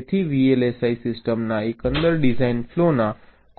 તેથી VLSI સિસ્ટમના એકંદર ડિઝાઇન ફ્લૉના